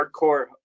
hardcore